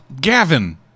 Gavin